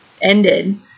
ended